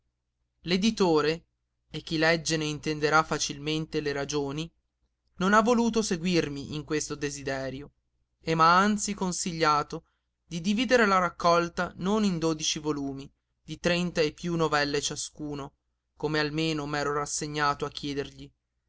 l'editore e chi legge ne intenderà facilmente le ragioni non ha voluto seguirmi in questo desiderio e m'ha anzi consigliato di dividere la raccolta non in dodici volumi di trenta e piú novelle ciascuno come almeno m'ero rassegnato a chiedergli